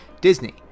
Disney